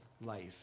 life